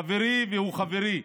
חברי, והוא חברי,